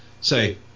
say